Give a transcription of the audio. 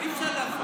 אי-אפשר להפריד.